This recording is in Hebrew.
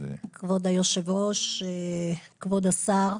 כבוד היושב-ראש, כבוד השר,